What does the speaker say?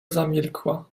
zamilkła